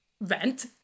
vent